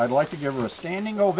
i'd like to give her a standing ov